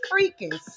freaking